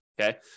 Okay